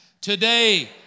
Today